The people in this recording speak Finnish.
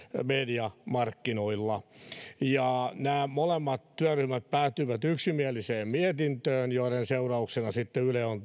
mediamarkkinoilla nämä molemmat työryhmät päätyivät yksimieliseen mietintöön joiden seurauksena sitten yle on